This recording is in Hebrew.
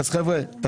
אז חבר'ה,